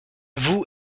vous